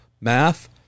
math